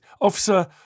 Officer